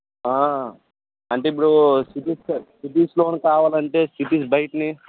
అంటే ఇప్పుడు సిటీస్ సిటీస్లో కావాలంటే సిటీస్ బయట